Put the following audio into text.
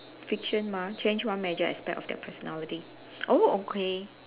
fiction mah change one major aspect of their personality oh okay